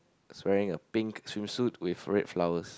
is wearing a pink swimsuit with red flowers